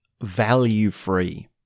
value-free